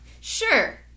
sure